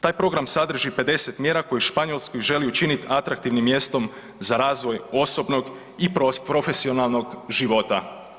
Taj program sadrži 50 mjera koji Španjolsku želi učiniti atraktivnim mjestom za razvoj osobnog i profesionalnog života.